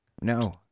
No